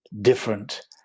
different